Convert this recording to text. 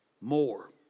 more